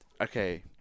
Okay